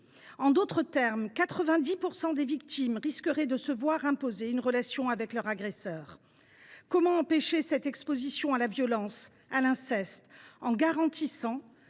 En d’autres termes, 90 % des victimes risqueraient de se voir imposer une relation avec leur agresseur. Dès lors, comment empêcher cette exposition à la violence et à l’inceste ? Garantir